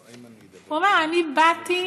הוא אמר: אני באתי